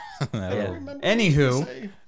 Anywho